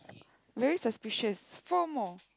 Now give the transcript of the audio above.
very suspicious four more